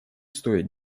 стоит